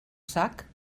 sac